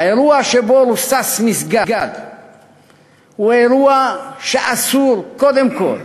האירוע שבו רוסס מסגד הוא אירוע שאסור, קודם כול